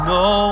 no